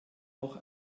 auch